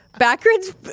Backwards